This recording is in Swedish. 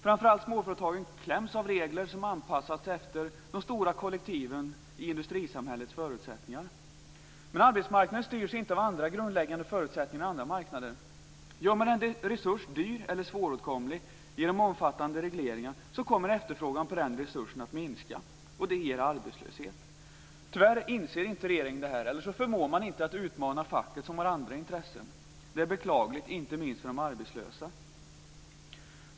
Framför allt kläms småföretagen åt av regler som anpassats efter de stora kollektiven i industrisamhällets förutsättningar. Men arbetsmarknaden styrs inte av andra grundläggande förutsättningar än övriga marknader. Gör man en resurs dyr eller svåråtkomlig genom omfattande regleringar, så kommer efterfrågan på denna resurs att minska. Det ger arbetslöshet. Tyvärr inser inte regeringen det här, eller också förmår man inte att utmana facket, som har andra intressen. Det är beklagligt - inte minst för de arbetslösa.